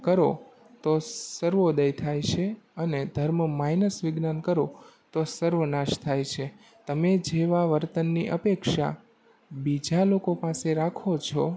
કરો તો સર્વોદય થાય છે અને ધર્મ માઈનસ વિજ્ઞાન કરો તો સર્વનાશ થાય છે તમે જેવા વર્તનની અપેક્ષા બીજા લોકો પાસે રાખો છો